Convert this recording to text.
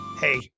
hey